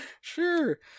Sure